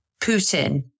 Putin